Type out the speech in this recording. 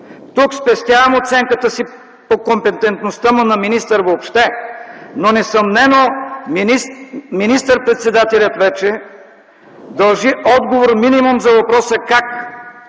Тук спестявам оценката си по компетентността му на министър въобще, но несъмнено министър-председателят вече дължи отговор минимум за въпроса: как